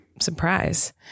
surprise